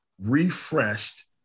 refreshed